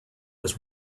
was